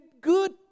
good